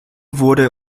wurde